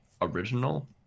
original